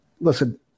Listen